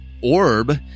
Orb